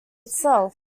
itself